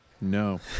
No